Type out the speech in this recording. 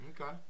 Okay